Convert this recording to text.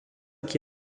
qui